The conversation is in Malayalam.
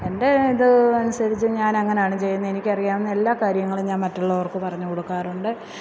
എന്റെ ഇത് അനുസരിച്ച് ഞാൻ ചെയ്യുന്ന എനിക്കറിയാവുന്ന എല്ലാ കാര്യങ്ങളും ഞാന് മറ്റുള്ളവര്ക്ക് പറഞ്ഞ് കൊടുക്കാറുണ്ട്